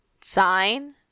sign